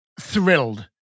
thrilled